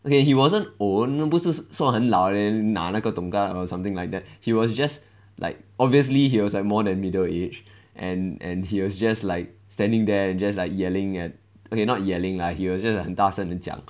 okay he wasn't old 不是说很老 leh then 拿那个 tong kat or something like that he was just like obviously he was like more than middle age and and he was just like standing there and just like yelling at okay not yelling lah he was just 很大声的讲